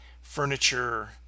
furniture